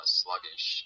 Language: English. sluggish